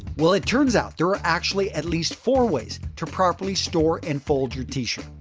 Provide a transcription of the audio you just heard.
well, it turns out there are actually at least four ways to properly store and fold your t-shirts.